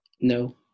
No